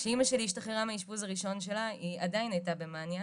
כשאמא שלי השתחררה מהאשפוז הראשון שלה היא עדיין הייתה במאניה,